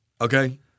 Okay